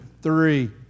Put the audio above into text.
three